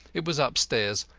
it was upstairs.